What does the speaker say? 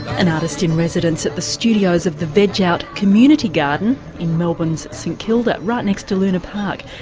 an artist in residence at the studios of the veg out community garden in melbourne's st kilda, right next to luna park.